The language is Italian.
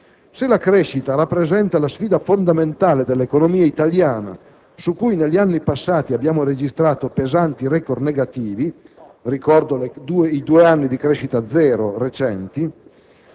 Se la crescita rappresenta la sfida fondamentale dell'economia italiana, su cui negli anni passati abbiamo registrato pesanti *record* negativi - ricordo i due anni di crescita zero recenti